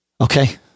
Okay